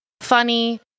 funny